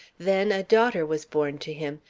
then a daughter was born to him,